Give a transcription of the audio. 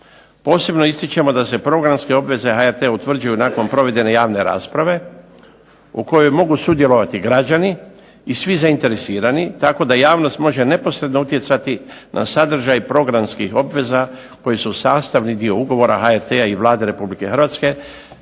Posebno ističemo da se programske obveze HRT-a utvrđuju nakon provedene javne rasprave, u kojoj mogu sudjelovati građani i svi zainteresirani, tako da javnost može neposredno utjecati na sadržaj programskih obveza koje su sastavni dio ugovora HRT-a i Vlade Republike Hrvatske,